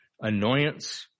annoyance